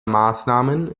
maßnahmen